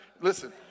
Listen